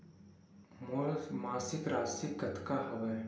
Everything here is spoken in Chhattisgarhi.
मोर मासिक राशि कतका हवय?